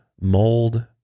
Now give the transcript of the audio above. mold